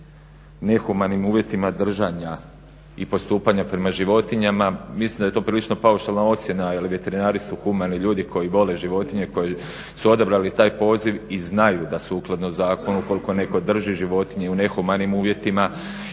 nehumanim uvjetima držanja i postupanja prema životinjama. Mislim da je to prilično paušalna ocjena, jer veterinari su humani ljudi koji vole životinje, koji su odabrali taj poziv i znaju da sukladno zakonu ukoliko netko drži životinje u nehumanim uvjetima